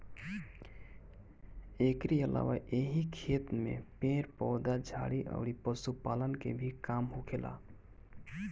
एकरी अलावा एही खेत में पेड़ पौधा, झाड़ी अउरी पशुपालन के भी काम होखेला